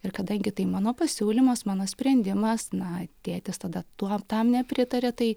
ir kadangi tai mano pasiūlymas mano sprendimas na tėtis tada tuo tam nepritarė tai